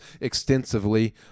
extensively